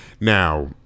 Now